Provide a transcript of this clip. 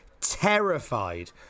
terrified